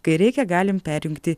kai reikia galim perjungti